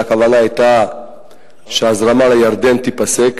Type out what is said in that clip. אלא הכוונה היתה שההזרמה לירדן תיפסק.